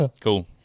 Cool